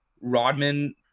Rodman